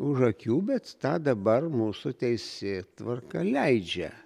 už akių bet tą dabar mūsų teisėtvarka leidžia